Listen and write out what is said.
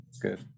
good